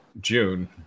June